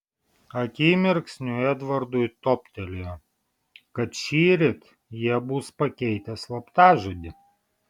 akimirksniu edvardui toptelėjo kad šįryt jie bus pakeitę slaptažodį